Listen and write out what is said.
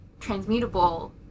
transmutable